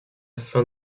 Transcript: fin